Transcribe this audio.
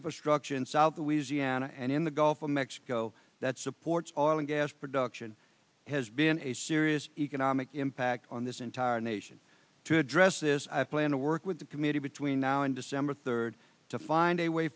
infrastructure in south louisiana and in the gulf of mexico that supports oil and gas production has been a serious economic impact on this entire nation to address this i plan to work with the committee between now and december third to find a way